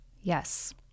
Yes